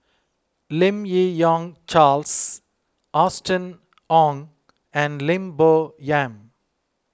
Lim Yi Yong Charles Austen Ong and Lim Bo Yam